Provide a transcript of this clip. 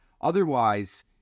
Otherwise